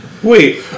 Wait